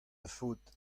faot